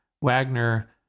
Wagner